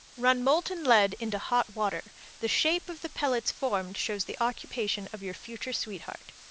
run molten lead into hot water the shape of the pellets formed shows the occupation of your future sweetheart.